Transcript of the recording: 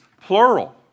plural